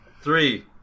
Three